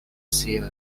sea